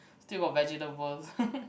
still got vegetables